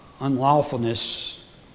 unlawfulness